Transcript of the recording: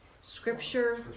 Scripture